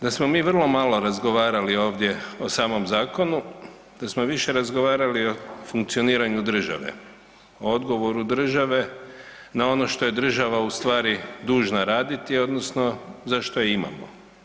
Da smo mi vrlo malo razgovarali ovdje o samom zakonu, da smo više razgovarali o funkcioniranju države, o odgovoru države na ono što je država ustvari dužna raditi odnosno zašto je imamo.